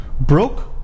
broke